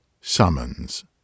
Summons